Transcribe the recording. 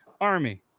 Army